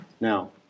Now